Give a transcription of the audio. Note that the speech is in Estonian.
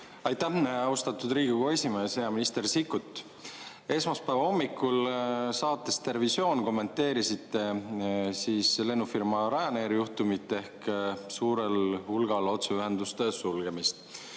Aitäh, austatud Riigikogu esimees! Hea minister Sikkut! Esmaspäeva hommikul saates "Terevisioon" kommenteerisite lennufirma Ryanair juhtumit ehk suurel hulgal otseühenduste sulgemist.